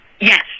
Yes